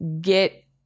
get